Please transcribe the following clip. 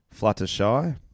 Fluttershy